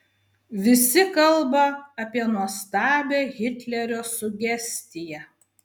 visi kalba apie nuostabią hitlerio sugestiją